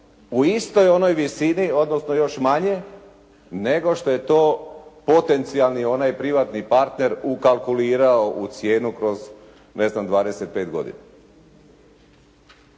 u istoj onoj visini, odnosno još manje nego što je to potencijalni onaj privatni partner ukalkulirao u cijenu kroz ne znam 25 godina.